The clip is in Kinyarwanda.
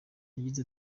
yagize